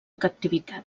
captivitat